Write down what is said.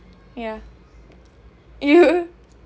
yeah you